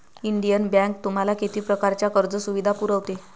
Indian bank तुम्हाला किती प्रकारच्या कर्ज सुविधा पुरवते?